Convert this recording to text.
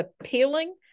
appealing